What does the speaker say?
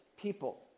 people